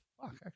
fuck